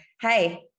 hey